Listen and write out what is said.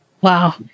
Wow